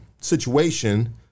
situation